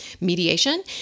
mediation